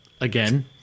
again